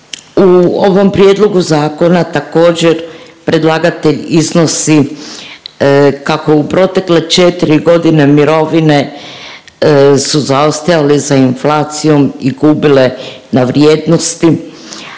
U ovom prijedlogu zakona također predlagatelj iznosi kako u protekle četiri godine mirovine su zaostajale za inflacijom i gubile na vrijednosti,